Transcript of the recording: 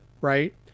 Right